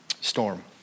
storm